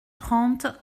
trente